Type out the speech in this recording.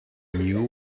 knew